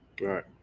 Right